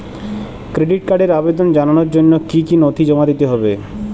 Credit কার্ডের আবেদন জানানোর জন্য কী কী নথি জমা দিতে হবে?